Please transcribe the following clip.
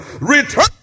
Return